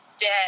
dead